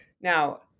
now